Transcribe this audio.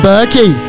Berkey